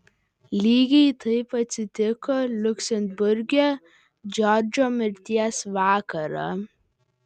lygiai taip atsitiko liuksemburge džordžo mirties vakarą